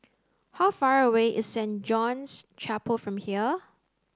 how far away is Saint John's Chapel from here